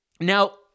Now